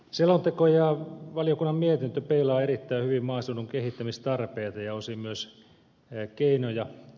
selonteko ja valiokunnan mietintö peilaavat erittäin hyvin maaseudun kehittämistarpeita ja osin myös keinoja